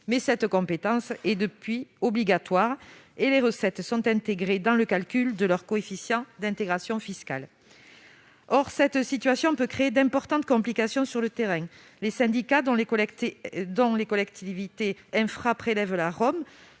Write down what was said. mais celle-ci est devenue obligatoire depuis, et les recettes sont intégrées dans le calcul du coefficient d'intégration fiscale. Une telle situation peut créer d'importantes complications sur le terrain. Les syndicats dont les collectivités membres prélèvent la REOM